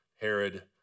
Herod